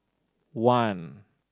one